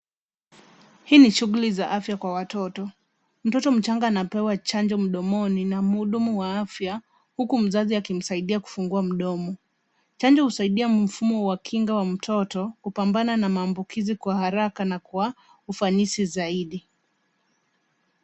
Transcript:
Hii ni shughuli za afya kwa watoto. Mtoto mchanga anapewa chanjo mdomoni na mhudumu wa afya huku mzazi akimsaidia kufungua mdomo. Chanjo husaidia mfumo wa kinga wa mtoto kupambana na maambukizi kwa haraka na kwa ufanisi zaidi.